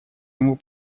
ему